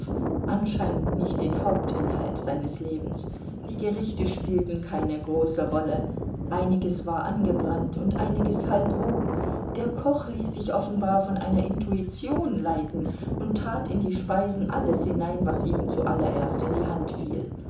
anscheinend nicht den hauptinhalt seines lebens die gerichte spielten keine große rolle einiges war angebrannt und einiges halbroh der koch ließ sich offenbar von einer intuition leiten und tat in die speisen alles hinein was ihm zuallererst in die hand fiel